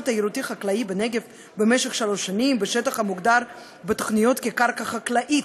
תיירותי-חקלאי בנגב במשך שלוש שנים בשטח המוגדר בתוכניות כקרקע חקלאית.